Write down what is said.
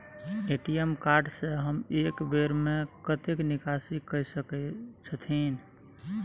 ATM card से हम एक बेर में कतेक निकासी कय सके छथिन?